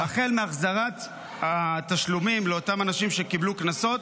-- החל מהחזרת התשלומים לאותם אנשים שקיבלו קנסות